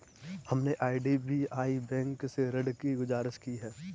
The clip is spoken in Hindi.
हमने आई.डी.बी.आई बैंक से ऋण की गुजारिश की है